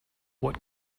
what